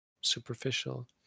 superficial